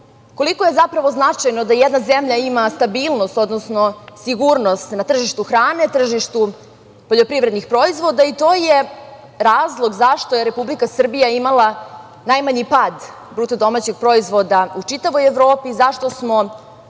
koliko je zapravo značajno da jedna zemlja ima stabilnost, odnosno sigurnost na tržištu hrane, na tržištu poljoprivrednih proizvoda i to je razlog zašto je Republika Srbija imala najmanji pad BDP u Evropi i zašto smo